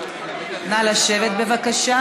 נא לשבת, בבקשה,